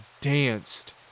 danced